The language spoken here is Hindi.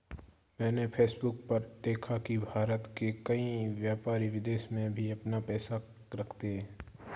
मैंने फेसबुक पर देखा की भारत के कई व्यापारी विदेश में अपना पैसा रखते हैं